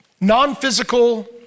non-physical